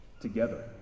together